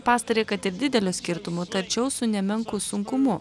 pastarąjį kad ir dideliu skirtumu tačiau su nemenku sunkumu